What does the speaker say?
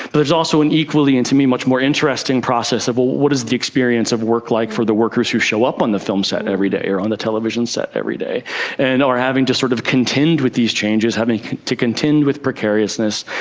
but there is also an equally and to me much more interesting process of what is the experience of work like for the workers who show up on the film set every day or on the television set every day and are having to sort of contend with these changes, having to contend with precariousness,